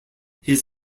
his